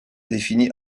définis